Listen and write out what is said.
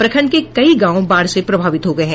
प्रखंड के कई गांव बाढ़ से प्रभावित हो गये हैं